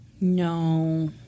No